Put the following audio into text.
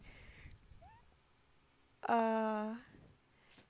uh